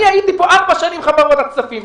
אני הייתי פה חבר ועדת הכספים ארבע שנים.